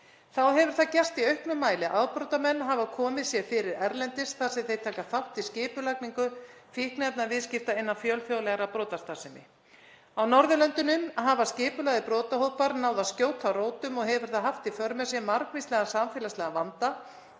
Þá hefur það gerst í auknum mæli að afbrotamenn hafa komið sér fyrir erlendis þar sem þeir taka þátt í skipulagningu fíkniefnaviðskipta innan fjölþjóðlegrar brotastarfsemi. Á Norðurlöndunum hafa skipulagðir brotahópar náð að skjóta rótum og hefur það haft í för með sér margvíslegan samfélagslegan vanda.